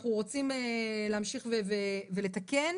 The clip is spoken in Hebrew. אנחנו רוצים להמשיך ולתקן